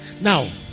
Now